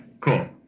cool